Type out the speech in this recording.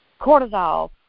cortisol